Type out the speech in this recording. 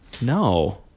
no